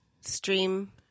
stream